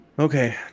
okay